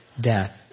death